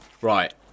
Right